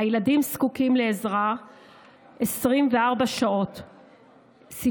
הילדים זקוקים לעזרה 24 שעות ביממה,